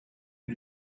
you